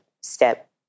step